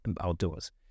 outdoors